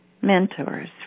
mentors